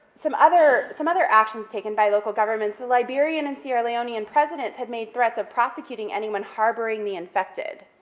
some other some other actions taken by local governments, the liberian and sierra leonean presidents had made threats of prosecuting anyone harboring the infected,